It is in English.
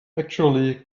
actually